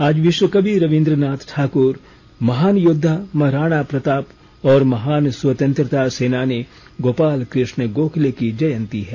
आज विश्व कवि रबिन्द्रनाथ ठाकुर महान योद्धा महाराणा प्रताप और महान स्वतंत्रता सेनानी गोपाल कृष्ण गोखले की जयंती है